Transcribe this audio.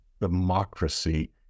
democracy